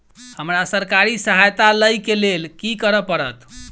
हमरा सरकारी सहायता लई केँ लेल की करऽ पड़त?